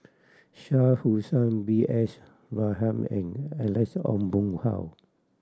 Shah Hussain B S Rajhan and Alex Ong Boon Hau